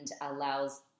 allows